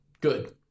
Good